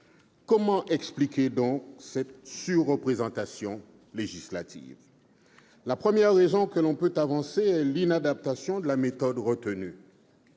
Comment expliquer cette surreprésentation législative ? La première raison que l'on peut avancer est l'inadaptation de la méthode retenue.